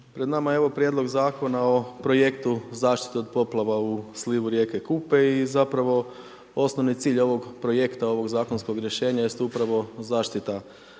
Pred nama je evo Prijedlog zakona o projektu zaštite od poplava u slivu rijeke Kupe i zapravo osnovni cilj ovog projekta, ovog zakonskog projekta jest upravo zaštita